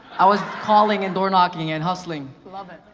i was calling and door knocking and hustling. love it.